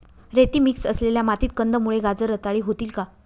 रेती मिक्स असलेल्या मातीत कंदमुळे, गाजर रताळी होतील का?